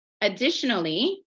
Additionally